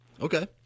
okay